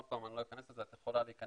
עוד פעם, אני לא אכנס לזה, את יכולה להיכנס.